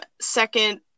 second